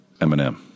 Eminem